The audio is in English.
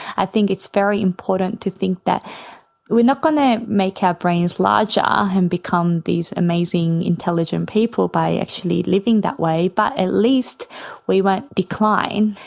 i think it's very important to think that we're not going to make our brains larger and become these amazing intelligent people by actually living that way, but at least we won't decline.